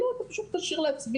לא, אתה פשוט כשיר להצביע.